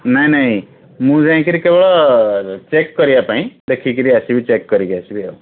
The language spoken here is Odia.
ନାହିଁ ନାହିଁ ମୁଁ ଯାଇକରି କେବଳ ଚେକ୍ କରିବା ପାଇଁ ଦେଖିକରି ଆସିବି ଚେକ୍ କରିକି ଆସିବି ଆଉ